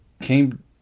came